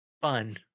fun